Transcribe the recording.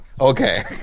Okay